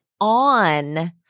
on